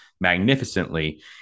magnificently